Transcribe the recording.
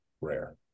rare